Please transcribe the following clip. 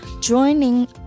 Joining